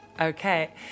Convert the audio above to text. okay